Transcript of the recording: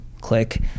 click